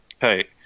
Hey